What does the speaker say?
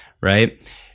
Right